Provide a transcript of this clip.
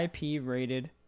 IP-rated